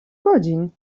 godzin